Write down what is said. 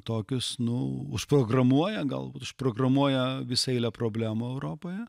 tokius nu užprogramuoja gal užprogramuoja visą eilę problemų europoje